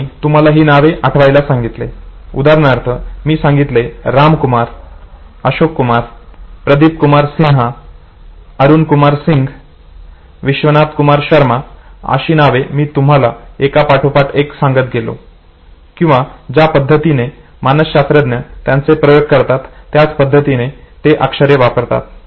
आणि तुम्हाला ही नावे आठवायला सांगितले उदाहरणार्थ मी सांगितले रामकुमार अशोक कुमार प्रदीप कुमार सिन्हा अरुण कुमार सिंग विश्वनाथ कुमार शर्मा अशी नावे मी तुम्हाला एका पाठोपाठ एक सांगत गेलो किंवा ज्या पद्धतीने मानसशास्त्रज्ञ त्यांचे प्रयोग करतात त्यात ते अक्षरे वापरतात